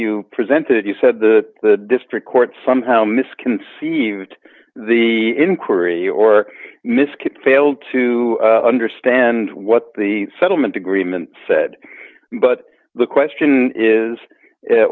you presented you said the district court somehow misconceived the inquiry or misc it failed to understand what the settlement agreement said but the question is